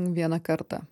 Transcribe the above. vieną kartą